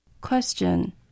Question